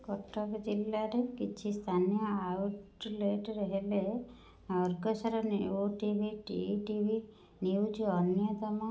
କଟକ ଜିଲ୍ଲାରେ କିଛି ସ୍ଥାନୀୟ ଆଉଟଲେଟରେ ହେଲେ ଅର୍ଗସର ଓଟିଭି ଇଟିଭି ନ୍ୟୁଜ ଅନ୍ୟତମ